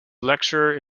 lecturer